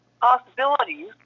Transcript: possibilities